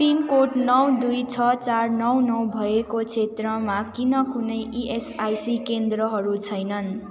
pin code नौ दुई छ चार नौ नौ भएको क्षेत्रमा किन कुनै इएसआईसी केन्द्रहरू छैनन्